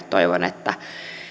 toivon että